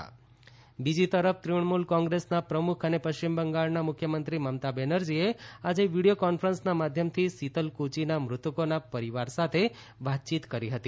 મમતા બેનર્જી બીજી તરફ તૃણમૂલ કોંગ્રેસના પ્રમુખ અને પશ્ચિમ બંગાળના મુખ્યમંત્રી મમતા બેનર્જીએ આજે વીડિયો કોન્ફરન્સના મધ્યમથી સીતલકુચીના મૃતકોના પરિવાર સાથે વાતયીત કરી હતી